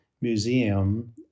Museum